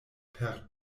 per